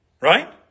Right